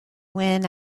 when